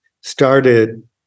started